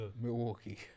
Milwaukee